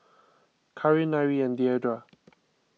Karin Nyree and Deidra